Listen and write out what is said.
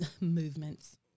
Movements